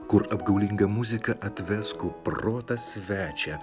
kur apgaulinga muzika atves kuprotą svečią